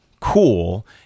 cool